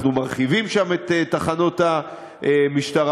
אנחנו מרחיבים שם את תחנות המשטרה,